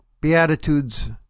Beatitudes